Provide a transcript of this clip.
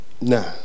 nah